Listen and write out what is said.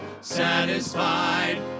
satisfied